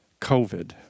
COVID